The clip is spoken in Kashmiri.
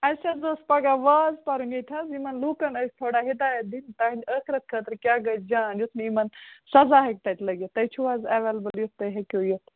اسہِ حظ اوس پَگَاہ واز پرُن ییٚتہِ حظ یِمن لوٗکن ٲس حدایَت دِنۍ تَہنٛدِ ٲخرَت خٲطرٕ کیاہ گژھِ جَان یُتھ نہٕ یِمن سَزا ہیٚکہِ تتہِ لٕگِتھ تُہۍ چھِو حظ ایویلیبٕل یُتھ تُہۍ ہیکِو یِتھ